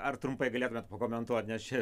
ar trumpai galėtumėt pakomentuot nes čia